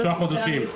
שלושה חודשים.